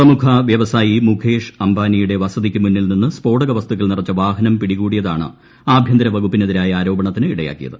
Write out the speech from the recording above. പ്രമുഖ വ്യവസായി മുകേഷ് അംബാനിയുടെ വസതിക്ക് മുന്നിൽ നിന്ന് സ്ഫോടക വസ്തുക്കൾ നിറച്ച വാഹനം പിടികൂടിയതാണ് ആഭ്യന്തര വകുപ്പിന് എതിരായ ആരോപണത്തിന് ഇടയാക്കിയത്